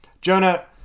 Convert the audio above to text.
jonah